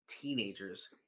teenagers